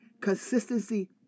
Consistency